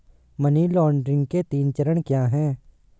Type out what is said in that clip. Money laundering के तीन चरण क्या हैं?